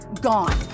gone